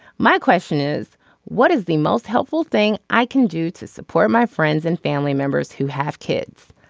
my question is what is the most helpful thing i can do to support my friends and family members who have kids.